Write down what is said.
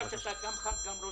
חברים, המצוקה של